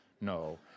No